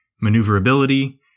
maneuverability